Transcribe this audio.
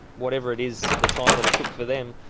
whatever it is, the time that it took for them,